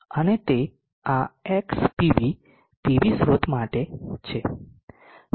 અને તે આ xPV પીવી સ્રોત માટે છે